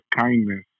kindness